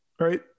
right